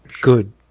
Good